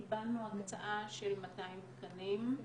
קיבלנו הקצאה של 200 תקנים,